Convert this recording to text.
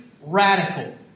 radical